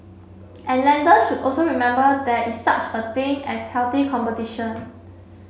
and lenders should also remember there is such a thing as healthy competition